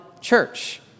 church